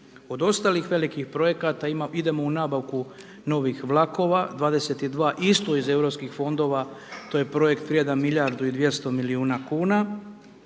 Od ostalih velikih projekata idemo u nabavku novih vlakova, 22, isto iz Europskih fondova. To je projekt vrijedan milijardu i 200 milijuna kuna.